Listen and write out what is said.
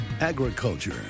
Agriculture